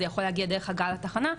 זה יכול להגיע דרך הגעה לתחנה,